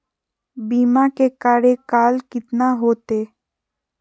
बीमा के कार्यकाल कितना होते?